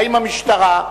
האם המשטרה?